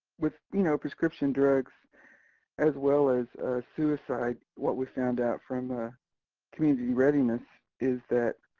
with you know prescription drugs as well as suicides, what we found out from ah community readiness is that